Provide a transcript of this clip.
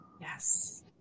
Yes